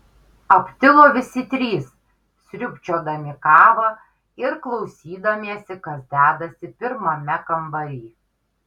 aptilo visi trys sriubčiodami kavą ir klausydamiesi kas dedasi pirmame kambary